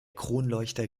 kronleuchter